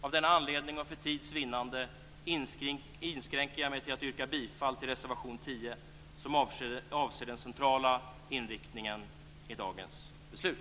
Av denna anledning och för tids vinnande inskränker jag mig till att yrka bifall till reservation 10, som avser den centrala inriktningen i dagens beslut.